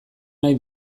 nahi